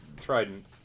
Trident